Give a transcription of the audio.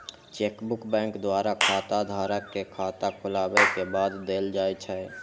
chequebook bank द्वारा खाताधारक कें खाता खोलाबै के बाद देल जाइ छै